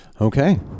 Okay